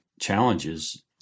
challenges